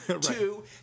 Two